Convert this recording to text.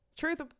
Truth